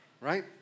right